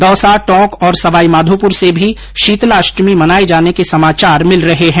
दौसा टोक और सवाईमाधोपुर से भी शीतला अष्टमी मनाये जाने के समाचार मिल रहे है